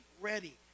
ready